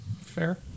Fair